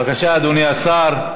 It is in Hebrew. בבקשה, אדוני השר.